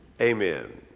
Amen